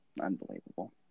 Unbelievable